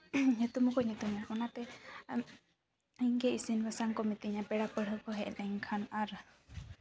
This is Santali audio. ᱧᱩᱛᱩᱢ ᱦᱚᱸᱠᱚ ᱢᱤᱛᱟᱹᱧᱟ ᱚᱱᱟᱛᱮ ᱤᱧᱜᱮ ᱤᱥᱤᱱ ᱵᱟᱥᱟᱝ ᱠᱚ ᱢᱤᱛᱟᱹᱧᱟ ᱯᱮᱲᱟ ᱯᱟᱹᱲᱦᱟᱹ ᱠᱚ ᱦᱮᱡ ᱞᱮᱱᱠᱷᱟᱱ ᱟᱨ